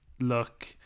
look